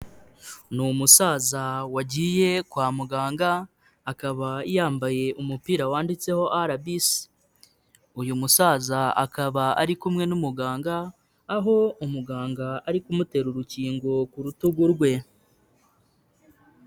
Ni umusaza wagiye kwa muganga, akaba yambaye umupira wanditseho RBC. Uyu musaza akaba ari kumwe n'umuganga, aho umuganga ari kumutera urukingo ku rutugu rwe.